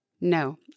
No